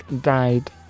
died